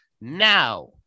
now